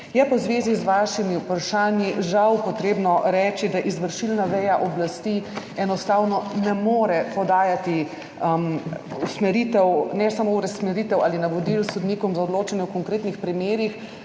Je pa v zvezi z vašimi vprašanji, žal, treba reči, da izvršilna veja oblasti enostavno ne more podajati usmeritev, ne samo usmeritev ali navodil sodnikom za odločanje o konkretnih primerih,